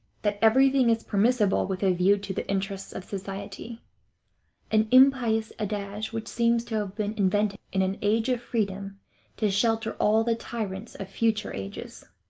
that everything is permissible with a view to the interests of society an impious adage which seems to have been invented in an age of freedom to shelter all the tyrants of future ages.